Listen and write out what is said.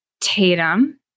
Tatum